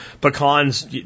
Pecans